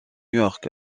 york